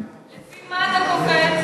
לפי מה אתה קובע את זה?